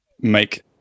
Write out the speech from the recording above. make